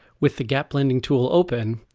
with the gaap blending tool open,